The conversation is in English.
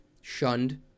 shunned